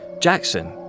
Jackson